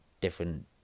different